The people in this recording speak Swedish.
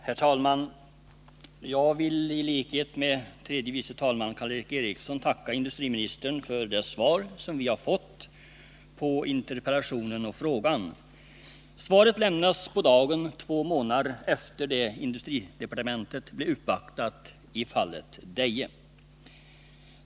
Herr talman! Jag vill i likhet med tredje vice talmannen Karl Erik Eriksson tacka industriministern för det svar vi fått på interpellationen och frågan. Svaret lämnas på dagen två månader efter det att industridepartementet blev uppvaktat i fallet Deje.